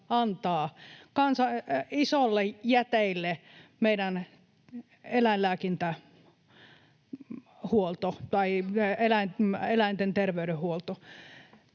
antaa isoille jäteille meidän eläinlääkintähuolto tai eläinten terveydenhuolto.